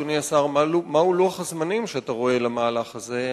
אדוני השר: מהו לוח הזמנים שאתה רואה למהלך הזה?